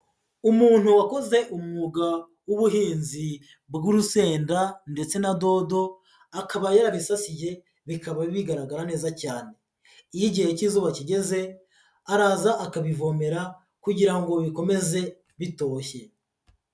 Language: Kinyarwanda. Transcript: Umuntu wakoze umwuga w'ubuhinzi bw'urusenda ndetse na dodo, akaba yarabisasiye bikaba bigaragara neza cyane, iyo igihe cy'izuba kigeze araza akabivomera kugira ngo bikomeze bitoshye.